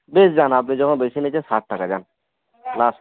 বেশ যান আপনি যখন বেশি নিচ্ছেন ষাট টাকা যান লাস্ট